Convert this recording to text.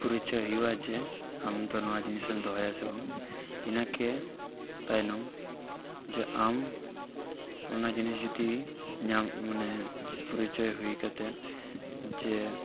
ᱯᱚᱨᱤᱪᱚᱭ ᱦᱩᱭᱩᱜᱼᱟ ᱡᱮ ᱟᱢ ᱫᱚ ᱱᱚᱣᱟ ᱡᱤᱱᱤᱥᱮᱢ ᱫᱚᱦᱚᱭᱟ ᱥᱮ ᱵᱟᱝ ᱤᱱᱟᱹᱠᱮ ᱛᱟᱭᱱᱚᱱ ᱡᱮ ᱟᱢ ᱚᱱᱟ ᱡᱤᱱᱤᱥ ᱡᱩᱫᱤ ᱧᱟᱢ ᱢᱟᱱᱮ ᱯᱚᱨᱤᱪᱚᱭ ᱦᱩᱭ ᱠᱟᱛᱮᱫ ᱡᱮ